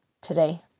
today